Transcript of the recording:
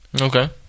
Okay